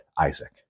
Isaac